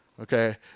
okay